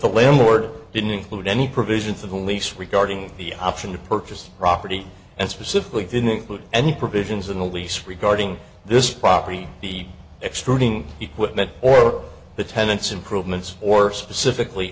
the landlord didn't include any provision for the lease regarding the option to purchase the property and specifically didn't include any provisions in the lease regarding this property the extruding equipment or the tenants improvements or specifically